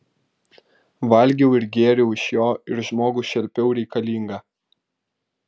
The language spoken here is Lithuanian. valgiau ir gėriau iš jo ir žmogų šelpiau reikalingą